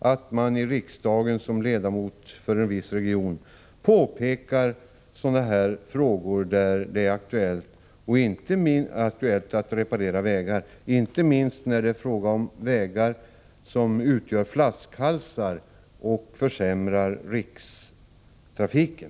att man i riksdagen som ledamot för en viss region tar upp sådana fall där det är aktuellt att reparera vägar, inte minst när det är fråga om vägar som utgör flaskhalsar och försämrar rikstrafiken.